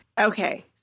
Okay